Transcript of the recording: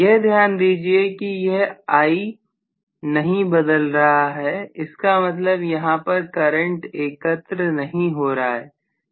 यह ध्यान दीजिए कि यह I नहीं बदल रहा है इसका मतलब यहां पर करंट एकत्र नहीं हो रहा है